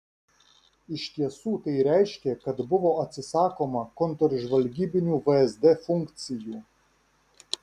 iš tiesų tai reiškė kad buvo atsisakoma kontržvalgybinių vsd funkcijų